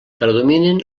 predominen